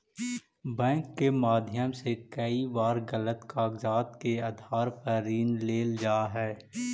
bank के माध्यम से कई बार गलत कागजात के आधार पर ऋण लेल जा हइ